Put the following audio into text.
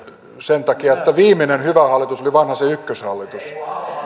sen takia että viimeinen hyvä hallitus oli vanhasen ykköshallitus